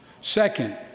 Second